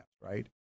right